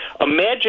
imagine